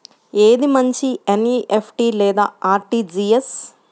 ఏది మంచి ఎన్.ఈ.ఎఫ్.టీ లేదా అర్.టీ.జీ.ఎస్?